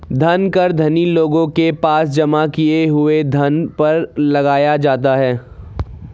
धन कर धनी लोगों के पास जमा किए हुए धन पर लगाया जाता है